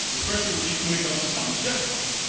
especially when when it comes to thomas jefferson.